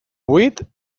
buit